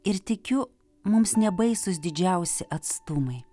ir tikiu mums nebaisūs didžiausi atstumai